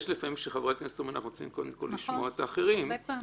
יש לפעמים שחברי הכנסת רוצים קודם כול לשמוע את אחרים פה,